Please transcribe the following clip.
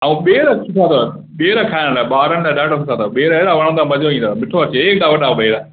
ऐं ॿेड़ सुठा अथव ॿेड़ खाइणु ॿारनि लाइ ॾाढा सुठा अथव ॿेड़ ॾाढा वणंदा मज़ो ईंदव मिठो अचे हेॾा वॾा ॿेड़